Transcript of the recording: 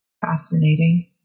Fascinating